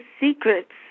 secrets